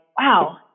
wow